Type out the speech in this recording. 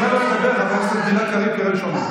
למה לבדוק את זה עם הייעוץ המשפטי של הכנסת,